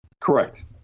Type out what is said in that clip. Correct